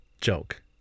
joke